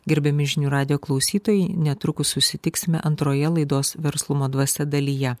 gerbiami žinių radijo klausytojai netrukus susitiksime antroje laidos verslumo dvasia dalyje